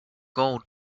enough